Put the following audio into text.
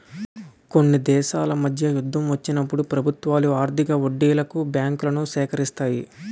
కొన్ని దేశాల మధ్య యుద్ధం వచ్చినప్పుడు ప్రభుత్వాలు అధిక వడ్డీలకు బాండ్లను సేకరిస్తాయి